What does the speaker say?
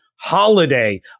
holiday